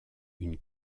une